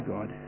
God